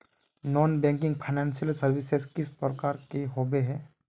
Non banking financial services किस प्रकार के होबे है?